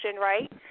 right